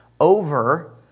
over